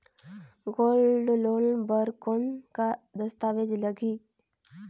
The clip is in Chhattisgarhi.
गोल्ड लोन बर कौन का दस्तावेज लगही?